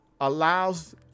allows